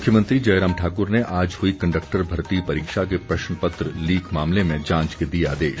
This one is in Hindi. मुख्यमंत्री जयराम ठाकुर ने आज हुई कंडक्टर भर्ती परीक्षा के प्रश्न पत्र लीक मामले में जांच के दिए आदेश